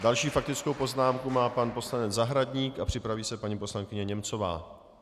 Další faktickou poznámku má pan poslanec Zahradník a připraví se paní poslankyně Němcová.